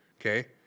okay